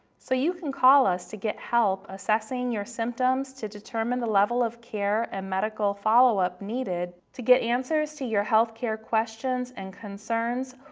so you can call us to get help assessing your symptoms, to determine the level of care and medical follow-up needed, to get answers to your healthcare questions and concerns,